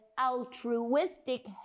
altruistic